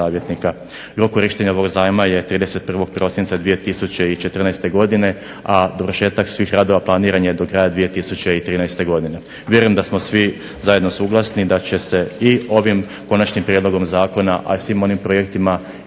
Rok korištenja ovoga zajma je 31. prosinca 2014. godine, a dovršetak svih radova planiran je do kraja 2013. godine. vjerujem da smo svi zajedno suglasni da će se i ovim konačnim prijedlogom zakona, a svim onim projektima